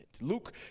luke